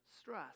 stress